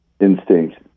instinct